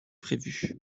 prévu